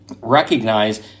recognize